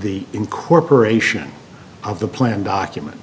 the incorporation of the plan documents